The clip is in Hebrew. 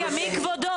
רגע, מי כבודו?